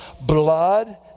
blood